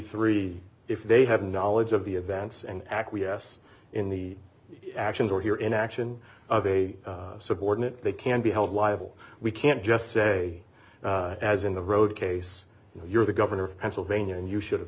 dollars if they have knowledge of the events and acquiesce in the actions or here in action of a subordinate they can be held liable we can't just say as in the road case you're the governor of pennsylvania and you should have